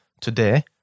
today